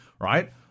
Right